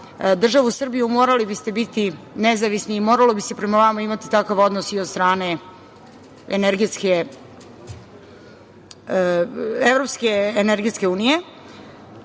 državu Srbiju morali biste biti nezavisni i moralo bi se prema vama imati takav odnos i od strane Evropske energetske unije.